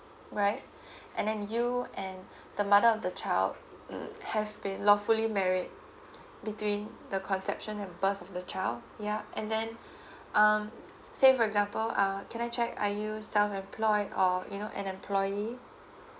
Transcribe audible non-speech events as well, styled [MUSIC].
right [BREATH] and then you and [BREATH] the mother of the child mm have been lawfully marriage between the conception had birth of the child ya and then [BREATH] um say for example ah can I check are you self employed or you know an employee